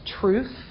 truth